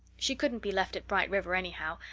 she couldn't be left at bright river anyhow,